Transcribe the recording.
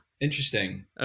Interesting